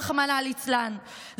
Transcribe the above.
רחמנא ליצלן,